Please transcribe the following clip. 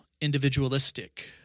individualistic